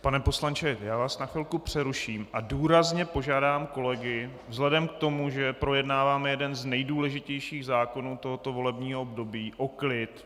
Pane poslanče, já vás na chvilku přeruším a důrazně požádám kolegy, vzhledem k tomu, že projednáváme jeden z nejdůležitějších zákonů tohoto volebního období, o klid.